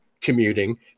commuting